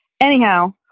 Anyhow